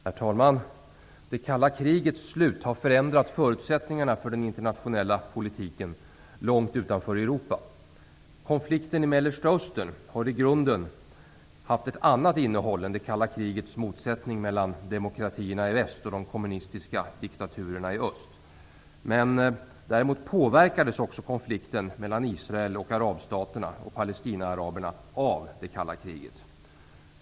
Herr talman! Det kalla krigets slut har förändrat förutsättningarna för den internationella politiken långt utanför Europa. Konflikten i Mellersta Östern har i grunden haft ett annat innehåll än det kalla krigets motsättning mellan demokratierna i väst och de kommunistiska diktaturerna i öst. Däremot påverkades också konflikten mellan Israel, arabstaterna och palestinaaraberna av det kalla kriget.